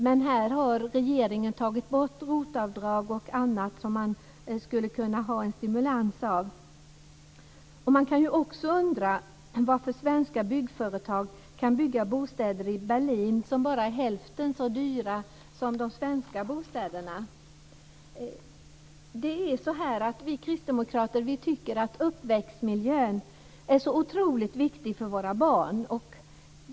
Men regeringen har tagit bort ROT-avdrag och annat, som skulle kunna ge stimulans. Man kan också undra varför svenska byggföretag kan bygga bostäder i Berlin som bara är hälften så dyra som de svenska bostäderna. Vi kristdemokrater tycker att uppväxtmiljön är otroligt viktig för våra barn.